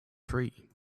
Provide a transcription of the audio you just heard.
free